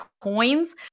coins